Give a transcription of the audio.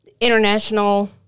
International